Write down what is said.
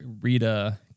Rita